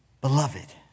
Beloved